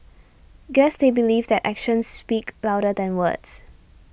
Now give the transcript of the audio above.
guess they believe that actions speak louder than words